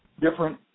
different